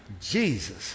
Jesus